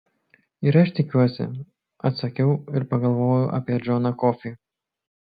ir aš tikiuosi atsakiau ir pagalvojau apie džoną kofį